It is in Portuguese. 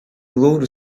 louro